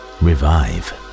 revive